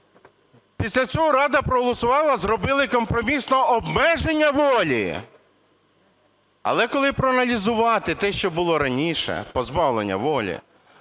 Після цього Рада проголосувала, зробили компромісно обмеження волі. Але коли проаналізувати те, що було раніше, позбавлення волі: